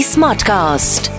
Smartcast